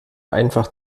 einfach